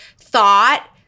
thought